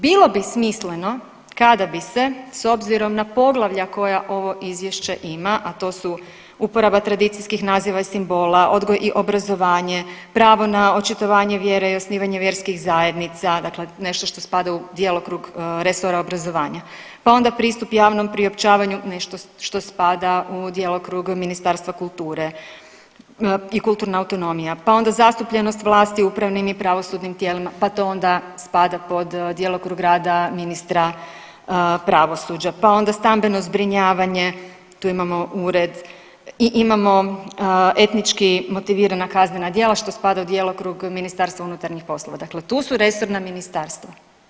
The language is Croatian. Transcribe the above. Bilo bi smisleno kada bi se, s obzirom na poglavlja koja ovo Izvješće ima, a to su uporaba tradicijskih naziva i simbola, odgoj i obrazovanje, pravo na očitovanje vjere i osnivanje vjerskih zajednica, dakle nešto što spada u djelokrug resora obrazovanja, pa onda pristup javnom priopćavanju, nešto što spada u djelokrug Ministarstva kulture i kulturna autonomija, pa onda zastupljenost vlasti u upravnim i pravosudnim tijelima, pa to onda spada pod djelokrug rada ministra pravosuđa, pa onda stambeno zbrinjavanje, tu imamo ured, i imamo etnički motivirana kaznena djela, što spada u djelokrug Ministarstvo unutarnjih poslova, dakle tu su resorna ministarstva.